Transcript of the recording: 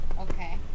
Okay